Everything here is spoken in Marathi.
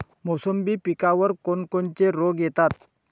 मोसंबी पिकावर कोन कोनचे रोग येतात?